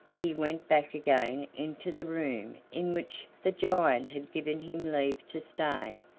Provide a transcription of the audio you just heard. he went back again into the room in which the giant had given him leave to stay,